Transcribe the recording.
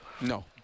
no